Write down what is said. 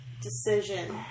decision